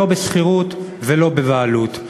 לא בשכירות ולא בבעלות,